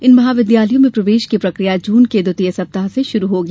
इन महाविद्यालयों में प्रवेश की प्रकिया जून के द्वितीय सप्ताह से आरंभ होगी